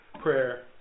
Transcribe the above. prayer